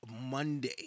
Monday